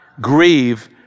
grieve